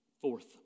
Fourth